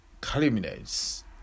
culminates